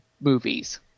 movies